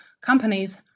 companies